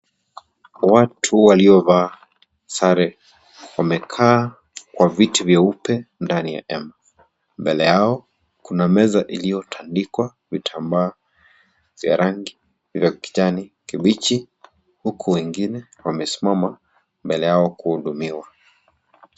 Watu waliovaa sare wamekaa kwa viti vyeupe ndani ya hema. Mbele yao kuna meza iliyotandikwa, vitambaa za rangi ya kijani kibichi, huku wengine wamesimama mbele yao kuhudumiwa.